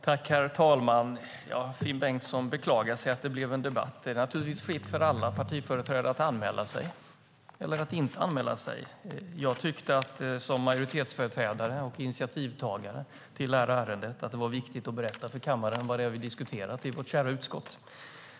Herr talman! Finn Bengtsson beklagar att det blev en debatt. Det är naturligtvis fritt för alla partiföreträdare att anmäla sig eller att inte anmäla sig. Jag tyckte, som majoritetsföreträdare och initiativtagare till det här ärendet, att det var viktigt att berätta för kammaren vad det är vi har diskuterat i vårt kära utskott.